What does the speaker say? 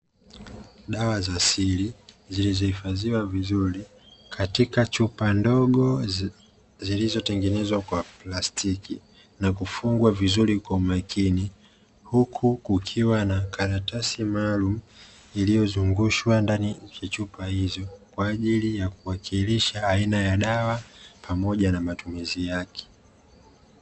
Dawa za asili zilizohifadhiwa vizuri katika chupa ndogo zilizotengenezwa kwa plastiki na kufungwa vizuri kwa makini, huku kukiwa na karatasi maalumu iliyozungushwa ndani ya chupa hizo kwa ajili ya kuwakilisha aina ya dawa pamoja na matumizi yake.